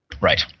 Right